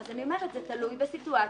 זה תלוי בסיטואציה,